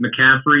McCaffrey